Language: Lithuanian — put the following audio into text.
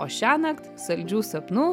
o šiąnakt saldžių sapnų